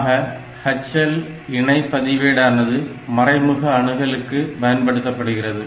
ஆக HL இணை பதிவேடானது மறைமுக அணுகலுக்கு பயன்படுத்தப்படுகிறது